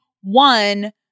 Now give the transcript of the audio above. One